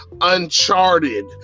uncharted